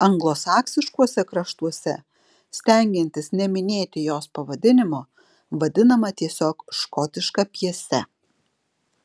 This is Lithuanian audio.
anglosaksiškuose kraštuose stengiantis neminėti jos pavadinimo vadinama tiesiog škotiška pjese